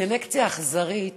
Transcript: סלקציה אכזרית